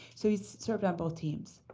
so he served on both teams.